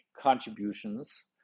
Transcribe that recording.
contributions